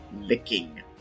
licking